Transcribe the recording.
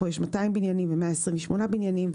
פה יש 200 בניינים ו-128 בניינים,